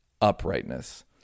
uprightness